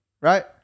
right